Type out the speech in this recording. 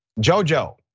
Jojo